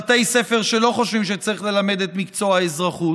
בתי ספר שלא חושבים שצריך ללמד את מקצוע האזרחות,